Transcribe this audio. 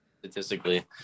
statistically